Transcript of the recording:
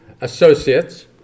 Associates